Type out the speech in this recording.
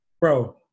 bro